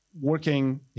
working